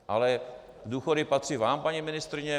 Ale důchody patří vám, paní ministryně.